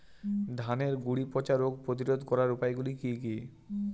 ধানের গুড়ি পচা রোগ প্রতিরোধ করার উপায়গুলি কি কি?